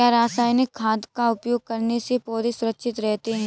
क्या रसायनिक खाद का उपयोग करने से पौधे सुरक्षित रहते हैं?